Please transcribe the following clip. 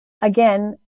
again